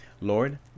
Lord